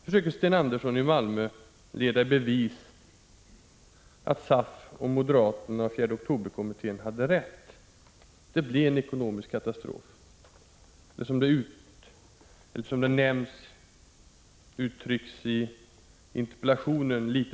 Nu försöker Sten Andersson i Malmö leda i bevis att SAF och moderaterna och 4 oktober-kommittén hade rätt — det blev en ekonomisk katastrof. Eller som det litet mildare uttrycks i interpellationen: